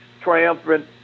triumphant